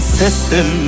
system